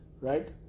Right